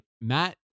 Matt